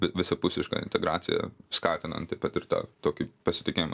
vi visapusiška integracija skatinanti patirt tą tokį pasitikėjimą